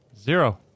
Zero